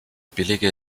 billige